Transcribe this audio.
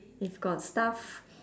if got staff